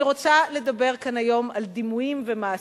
אני רוצה לדבר כאן היום על דימויים ומעשים.